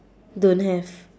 don't have